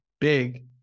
big